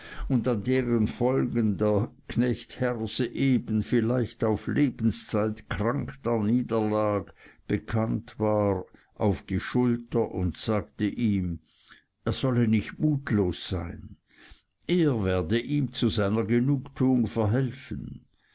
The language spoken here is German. und an deren folgen herse eben vielleicht auf die lebenszeit krank daniederlag bekannt war auf die schulter und sagte ihm er solle nicht mutlos sein er werde ihm zu seiner genugtuung verhelfen